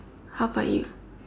how about you